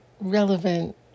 relevant